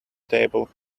table